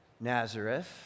Nazareth